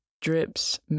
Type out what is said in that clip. drips